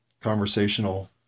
conversational